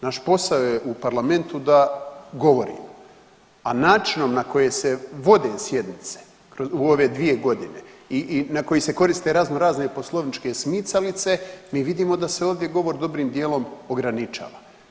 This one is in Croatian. Naš posao je u parlamentu da govorimo, a načinom na koje se vode sjednice u ove dvije godine i na koji se koriste razno razne poslovničke smicalice mi vidimo da se ovdje govor dobrim dijelom ograničava.